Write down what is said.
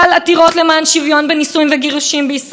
שלא נדבר על התקציב הדו-שנתי,